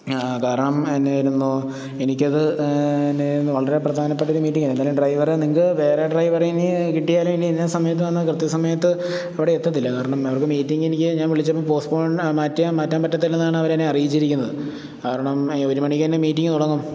കാരണം എന്നായിരുന്നു എനിക്കത് പിന്നെ വളരെ പ്രധാനപ്പെട്ടൊരു മീറ്റിങ്ങാണ് അല്ലെങ്കില് ഡ്രൈവറെ നിങ്ങൾക്ക് വേറെ ഡ്രൈവറെ ഇനി കിട്ടിയാലേ ഇനി എന്നാ സമയത്ത് ആ കൃത്യ സമയത്ത് അവിടെ എത്തത്തില്ല കാരണം അവിടുത്തെ മീറ്റിങ്ങെനിക്ക് ഞാൻ വിളിച്ചപ്പോള് പോസ്റ്റ്പോണ് മാറ്റിയാ മാറ്റാൻ പറ്റത്തില്ലെന്നാണ് അവരെന്നെ അറിയിച്ചിരിക്കുന്നത് കാരണം ഒരു മണിക്ക് തന്നെ മീറ്റിങ്ങ് തുടങ്ങും